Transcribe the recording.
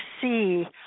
see